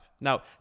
Now